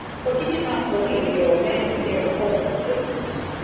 for he did not believe the old man would dare hold them prisoners.